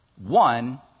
One